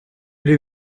les